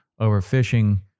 overfishing